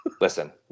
listen